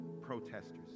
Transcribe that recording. protesters